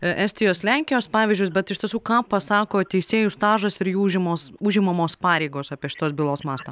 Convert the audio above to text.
estijos lenkijos pavyzdžius bet iš tiesų ką pasako teisėjų stažas ir jų užimos užimamos pareigos apie šitos bylos mastą